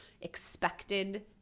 expected